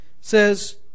says